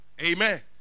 Amen